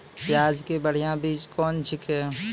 प्याज के बढ़िया बीज कौन छिकै?